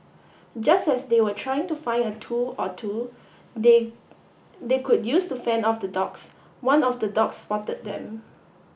just as they were trying to find a tool or two they they could use to fend off the dogs one of the dogs spotted them